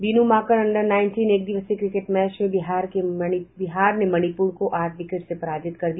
Veenu Mankad under nineteen एकदिवसीय cricket match में बिहार ने मणिपुर को आठ विकेट से पराजित कर दिया